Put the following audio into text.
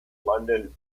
london